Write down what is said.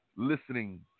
Listening